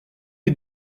est